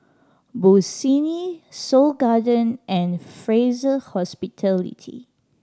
Bossini Seoul Garden and Fraser Hospitality